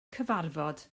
cyfarfod